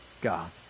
God